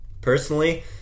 Personally